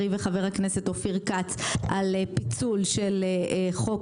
וחבר הכנסת אופיר כץ על פיצול של חוק